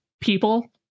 people